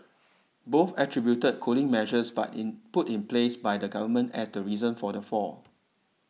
both attributed cooling measures but in put in place by the government as the reason for the fall